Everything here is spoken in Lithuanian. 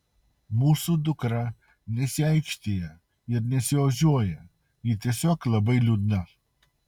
mūsų dukra nesiaikštija ir nesiožiuoja ji tiesiog labai liūdna